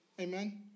Amen